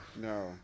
No